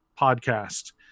podcast